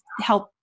help